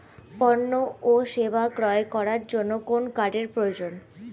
পণ্য ও সেবা ক্রয় করার জন্য কোন কার্ডের প্রয়োজন?